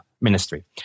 Ministry